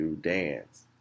dance